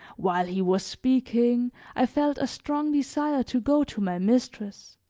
while he was speaking i felt a strong desire to go to my mistress,